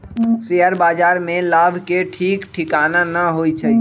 share बाजार में लाभ के ठीक ठिकाना न होइ छइ